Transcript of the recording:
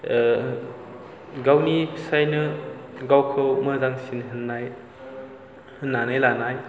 गावनि फिसायनो गावखौ मोजांसिन होननाय होननानै लानाय